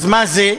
אז מה זה,